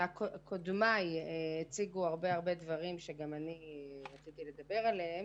קודמיי הציגו הרבה דברים שגם אני רציתי לדבר עליהם.